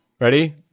ready